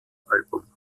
album